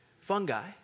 fungi